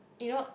you know